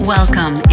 Welcome